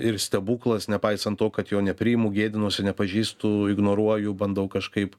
ir stebuklas nepaisant to kad jo nepriimu gėdinuosi nepažįstu ignoruoju bandau kažkaip